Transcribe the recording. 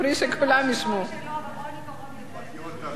לא, אבל רוני בר-און יודע יותר טוב.